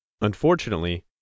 Unfortunately